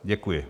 Děkuji.